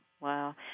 Wow